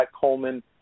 Coleman